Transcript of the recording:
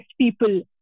people